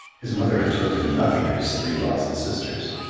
his mother had told him nothing of his three lost sisters.